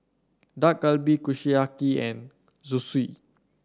Dak Galbi Kushiyaki and Zosui